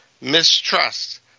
Mistrust